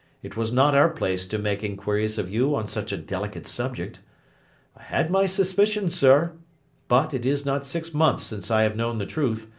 it was not our place to make inquiries of you on such a delicate subject. i had my suspicions, sir but, it is not six months since i have known the truth,